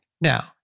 Now